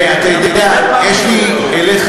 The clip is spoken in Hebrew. ואתה יודע, יש לי אליך,